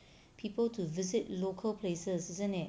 people to visit local places isn't it